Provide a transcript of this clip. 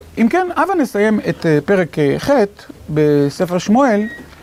אם כן, הבא נסיים את פרק ח' בספר שמואל.